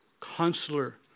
Counselor